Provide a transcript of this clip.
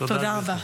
תודה רבה.